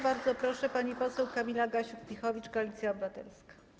Bardzo proszę, pani poseł Kamila Gasiuk-Pihowicz, Koalicja Obywatelska.